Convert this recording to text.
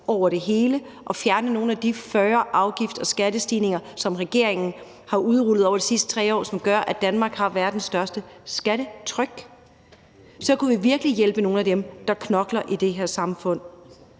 over det hele og fjerne nogle af de 40 afgifts- og skattestigninger, som regeringen har udrullet over de sidste 3 år, som gør, at Danmark har verdens største skattetryk. Så kunne vi virkelig hjælpe nogle af dem, der knokler, i det her samfund.